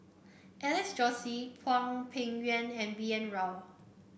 Alex Josey Hwang Peng Yuan and B N Rao